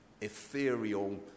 ethereal